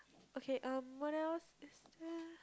okay um what else Ester